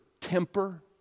temper